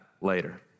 later